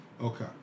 okay